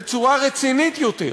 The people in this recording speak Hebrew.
בצורה רצינית יותר,